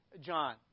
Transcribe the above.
John